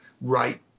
right